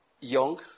young